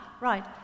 right